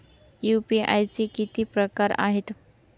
UPI चे किती प्रकार आहेत?